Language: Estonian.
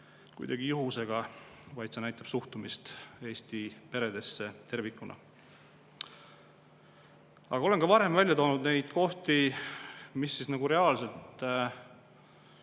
kuidagi juhusega, vaid see näitab suhtumist Eesti peredesse tervikuna. Olen ka varem välja toonud kohti, mis reaalselt